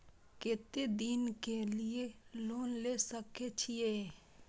केते दिन के लिए लोन ले सके छिए?